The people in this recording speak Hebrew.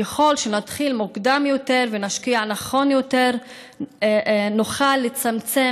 ככל שנתחיל מוקדם יותר ונשקיע נכון יותר נוכל לצמצם